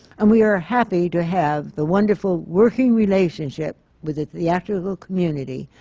and we are happy to have the wonderful working relationship with the theatrical community,